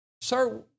sir